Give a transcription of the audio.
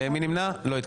מי נגד?